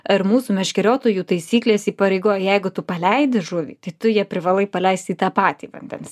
ar mūsų meškeriotojų taisyklės įpareigoja jeigu tu paleidi žuvį tai tu ją privalai paleisti į tą patį vandens